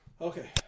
Okay